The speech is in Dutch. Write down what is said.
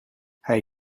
hij